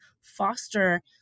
foster